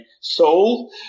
soul